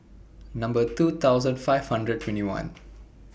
Number two thousand five hundred twenty one